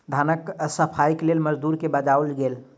धानक सफाईक लेल मजदूर के बजाओल गेल